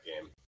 game